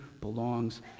belongs